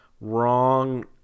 wrong